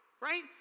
right